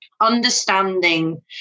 understanding